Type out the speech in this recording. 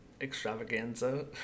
extravaganza